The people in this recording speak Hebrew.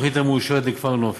התוכנית המאושרת לכפר נופש,